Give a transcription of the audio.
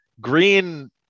green